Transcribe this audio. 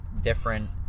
different